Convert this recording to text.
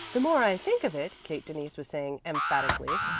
the more i think of it, kate denise was saying emphatically,